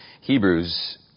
Hebrews